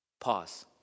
Pause